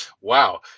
Wow